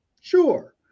Sure